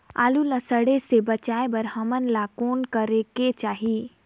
आलू ला सड़े से बचाये बर हमन ला कौन करेके चाही?